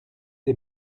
des